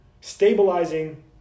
stabilizing